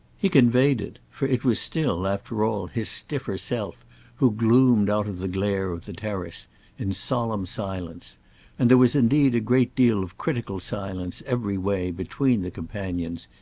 he conveyed it for it was still, after all, his stiffer self who gloomed out of the glare of the terrace in solemn silence and there was indeed a great deal of critical silence, every way, between the companions,